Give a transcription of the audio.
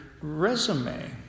resume